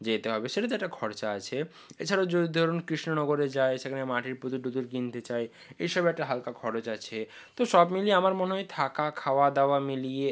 যেতে হবে সেটাতে একটা খরচা আছে এছাড়াও যদি ধরুন কৃষ্ণনগরে যায় সেখানে মাটির পুতুল টুতুল কিনতে চায় এই সব একটা হালকা খরচ আছে তো সব মিলিয়ে আমার মনে হয় থাকা খাওয়া দাওয়া মিলিয়ে